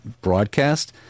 broadcast